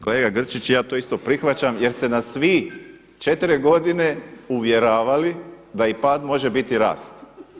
Kolega Grčić i ja to isto prihvaćam jer ste nas vi 4 godine uvjeravali da i pad može biti rast.